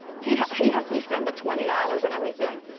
he he helped me send the twenty dollars and everything.